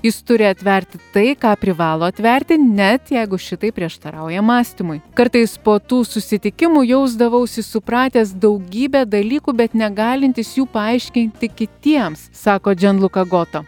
jis turi atverti tai ką privalo atverti net jeigu šitai prieštarauja mąstymui kartais po tų susitikimų jausdavausi supratęs daugybę dalykų bet negalintis jų paaiškinti kitiems sako džianluka goto